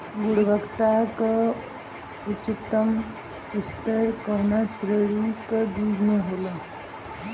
गुणवत्ता क उच्चतम स्तर कउना श्रेणी क बीज मे होला?